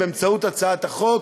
באמצעות הצעת החוק,